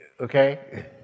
Okay